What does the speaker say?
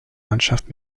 mannschaft